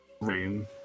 room